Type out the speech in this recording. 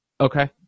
Okay